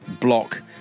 block